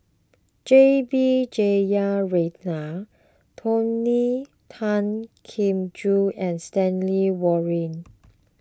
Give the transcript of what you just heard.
J B Jeyaretnam Tony Tan Keng Joo and Stanley Warren